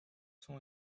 sont